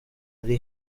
ari